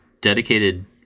dedicated